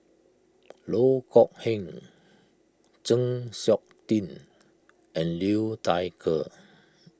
Loh Kok Heng Chng Seok Tin and Liu Thai Ker